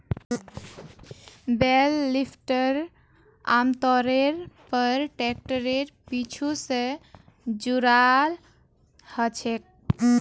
बेल lifter आमतौरेर पर ट्रैक्टरेर पीछू स जुराल ह छेक